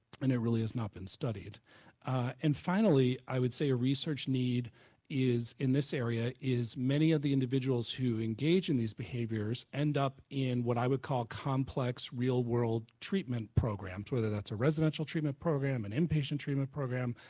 and it really has not been studied and finally, i would say a research need is in this area is many of the individuals who engage in these behaviors end up in what i would call complex real world treatment programs whether it's a residential treatment program, and in-patient treatment program,